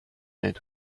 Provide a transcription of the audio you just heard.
and